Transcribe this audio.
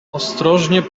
ostrożnie